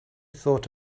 thought